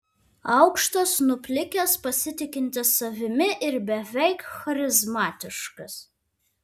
aukštas nuplikęs pasitikintis savimi ir beveik charizmatiškas